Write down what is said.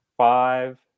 Five